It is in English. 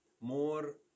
more